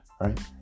right